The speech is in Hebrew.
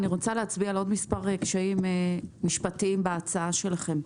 אני רוצה להצביע על מספר קשיים משפטיים בהצעה שלכם.